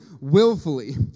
willfully